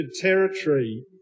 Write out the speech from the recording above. territory